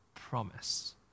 promise